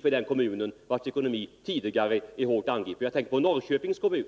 för kommunen, vars ekonomi redan tidigare är hårt pressad. Jag tänker på Norrköpings kommun.